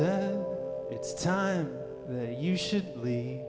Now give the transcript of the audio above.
so it's time you should really